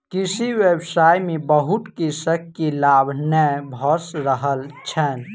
कृषि व्यवसाय में बहुत कृषक के लाभ नै भ रहल छैन